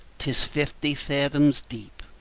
tis fifty fathoms deep,